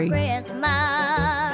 Christmas